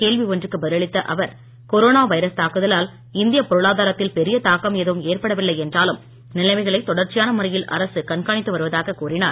கேள்வி ஒன்றுக்கு பதில் அளித்த அவர் கொரோனா வைரஸ் தாக்குதலால் இந்திய பொருளாதாரத்தில் பெரிய தாக்கம் எதுவும் ஏற்படவில்லை என்றாலும் நிலைமைகளை தொடர்ச்சியான முறையில் அரசு கண்காணித்து வருவதாக கூறினார்